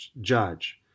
judge